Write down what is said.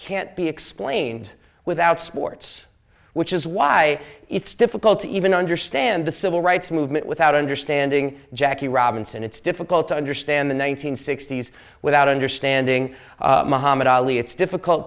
can't be explained without sports which is why it's difficult to even understand the civil rights movement without understanding jackie robinson it's difficult to understand the one nine hundred sixty s without understanding mohammed ali it's difficult